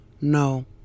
No